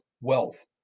wealth